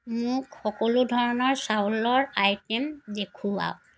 মোক সকলো ধৰণৰ চাউলৰ আইটেম দেখুওৱা